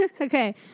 Okay